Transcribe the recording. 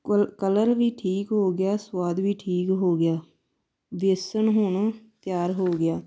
ਕਲ ਕਲਰ ਵੀ ਠੀਕ ਹੋ ਗਿਆ ਸਵਾਦ ਵੀ ਠੀਕ ਹੋ ਗਿਆ ਬੇਸਣ ਹੁਣ ਤਿਆਰ ਹੋ ਗਿਆ